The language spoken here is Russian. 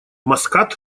маскат